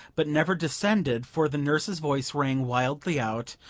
but never descended, for the nurse's voice rang wildly out,